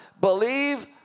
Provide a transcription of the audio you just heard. believe